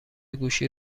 گوشی